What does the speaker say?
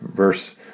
Verse